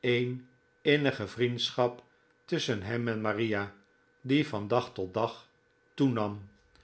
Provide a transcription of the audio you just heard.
een innige vriendschap tusschen hem en maria die van dag tot dag toenam